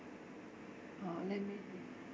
uh let me